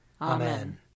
Amen